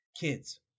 kids